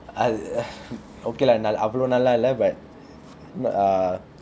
okay lah அவ்வளவு நல்லா இல்ல:avvalavu nallaa illa but ah